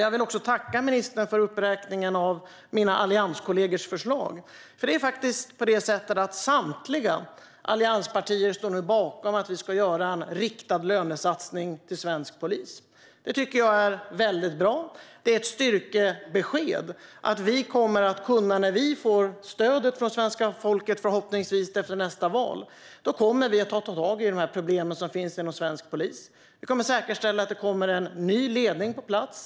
Jag vill också tacka ministern för uppräkningen av mina allianskollegors förslag. Samtliga allianspartier står nu bakom att vi ska göra en riktad lönesatsning till svensk polis. Det tycker jag är väldigt bra. Det är ett styrkebesked att vi, när vi förhoppningsvis får stöd från svenska folket efter nästa val, kommer att ta tag i de problem som finns inom svensk polis. Vi kommer att säkerställa att det kommer en ny ledning på plats.